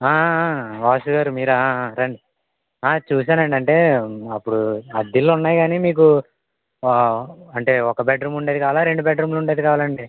వాసు గారు మీరా రండి చూసానండీ అంటే అప్పుడు అద్దిళ్ళున్నాయి కానీ మీకు అంటే ఒక బెడ్రూమ్ ఉండేది కావాలా రెండు బెడ్రూమ్లు ఉండేది కావాలాండి